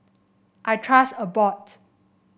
I trust Abbott